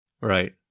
Right